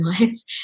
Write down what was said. nice